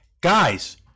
guys